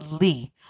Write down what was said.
Lee